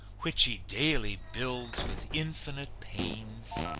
which he daily builds with infinite pains,